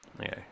Okay